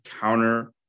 counter